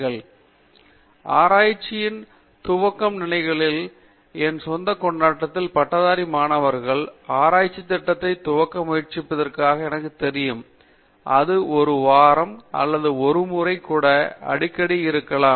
பேராசிரியர் ஸ்ரீகாந்த் வேதாந்தம் ஆராய்ச்சியின் துவக்க நிலைகளில் என் சொந்தக் கண்ணோட்டத்திற்கு பட்டதாரி மாணவர் அவர்களின் ஆராய்ச்சித் திட்டத்தைத் துவங்க முயற்சிப்பதாக எனக்குத் தெரியும் இது ஒரு வாரம் அல்லது ஒரு முறை கூட அடிக்கடி சந்திப்பு இருக்கலாம்